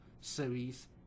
series